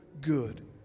good